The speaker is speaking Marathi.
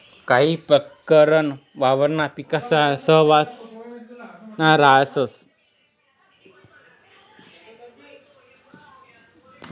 काही प्रकरण वावरणा पिकासाना सहवांसमा राहस